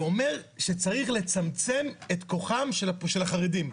ואומר שצריך לצמצם את כוחם של החרדים.